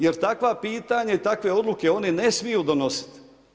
Jer takva pitanja i takve odluke oni ne smiju donositi.